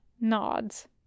nods